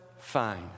fine